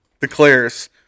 declares